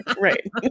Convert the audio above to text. right